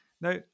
Now